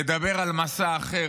לדבר על משא אחר,